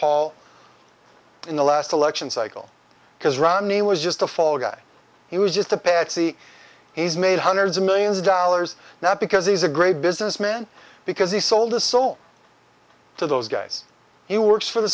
paul in the last election cycle because romney was just a fall guy he was just a patsy he's made hundreds of millions of dollars now because he's a great businessman because he sold his soul to those guys he works for the